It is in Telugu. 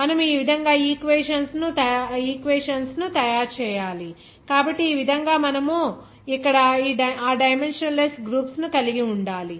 మనము ఈ విధంగా ఈక్వేషన్స్ లను తయారు చేయాలి కాబట్టి ఈ విధంగా మనము ఇక్కడ ఆ డైమెన్షన్ లెస్ గ్రూప్స్ ను కలిగి ఉండాలి